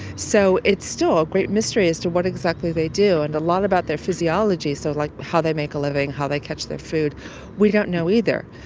so it's still a great mystery as to what exactly they do and a lot of about their physiology, so like how they make a living, how they catch their food we don't know either.